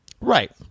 Right